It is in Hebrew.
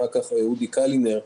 אודי קלינר,